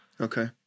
Okay